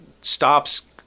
stops